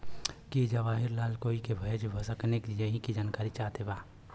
की जवाहिर लाल कोई के भेज सकने यही की जानकारी चाहते बा?